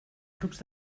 grups